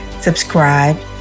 subscribe